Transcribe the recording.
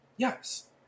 Yes